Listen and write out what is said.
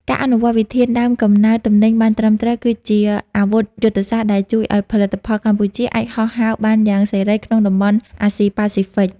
ការអនុវត្តវិធានដើមកំណើតទំនិញបានត្រឹមត្រូវ គឺជាអាវុធយុទ្ធសាស្ត្រដែលជួយឱ្យផលិតផលកម្ពុជាអាចហោះហើរបានយ៉ាងសេរីក្នុងតំបន់អាស៊ីប៉ាស៊ីហ្វិក។